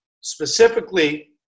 Specifically